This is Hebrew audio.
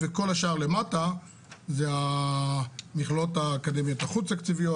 וכל השאר למטה זה המכללות האקדמיות החוץ-תקציביות,